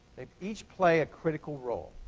they each play a critical role.